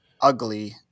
ugly